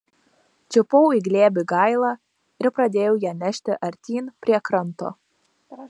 čiupau į glėbį gailą ir pradėjau ją nešti artyn prie kranto